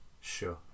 Sure